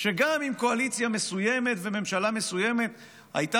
שגם אם קואליציה מסוימת וממשלה מסוימת הייתה